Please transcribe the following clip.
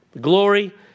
Glory